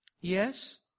Yes